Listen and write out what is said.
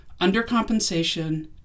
undercompensation